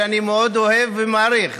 שאני מאוד אוהב ומעריך,